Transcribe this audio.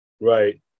Right